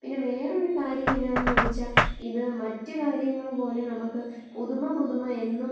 പിന്നെ വേറൊരു കാര്യം എന്നാന്ന് ചോദിച്ചാൽ ഇത് മറ്റ് കാര്യങ്ങൾ പോലെ നമുക്ക് പുതുമ പുതുമ എന്നും